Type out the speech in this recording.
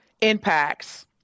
impacts